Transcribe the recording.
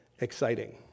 exciting